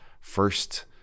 first